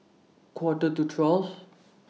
Quarter to twelve